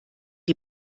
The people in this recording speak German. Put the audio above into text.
die